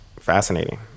fascinating